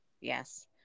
Yes